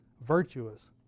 Virtuous